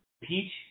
peach